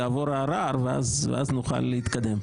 יעבור הערר ואז נוכל להתקדם,